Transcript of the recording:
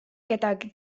kedagi